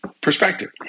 perspective